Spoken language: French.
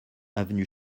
avenue